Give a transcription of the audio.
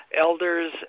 elders